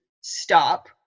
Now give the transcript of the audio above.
stop